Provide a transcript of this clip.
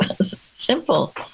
simple